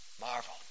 Marvel